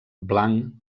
blanc